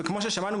וכמו ששמענו,